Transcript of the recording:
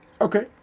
Okay